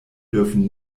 dürfen